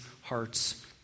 heart's